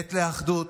עת לאחדות,